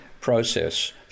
process